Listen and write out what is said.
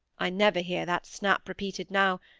i never hear that snap repeated now,